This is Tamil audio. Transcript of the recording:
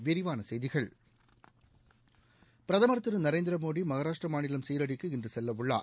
விரிவான செய்திகள் பிரதமர் திரு நரேந்திர மோடி மகாராஷ்டிர மாநிலம் சீரடிக்கு இன்று செல்ல உள்ளார்